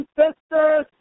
sisters